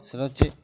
সেটা হচ্ছে